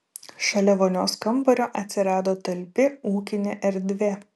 šalia vonios kambario atsirado talpi ūkinė erdvė